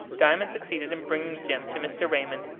diamond succeeded in bringing jim to mr. raymond,